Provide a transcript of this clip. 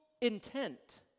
intent